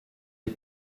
est